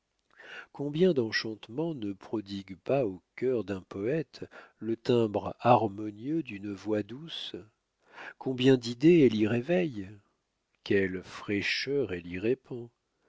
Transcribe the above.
combien d'enchantements ne prodigue pas au cœur d'un poète le timbre harmonieux d'une voix douce combien d'idées elle y réveille quelle fraîcheur elle